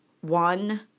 one